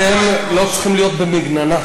אתם לא צריכים להיות במגננה.